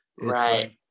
right